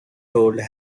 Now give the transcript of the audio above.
told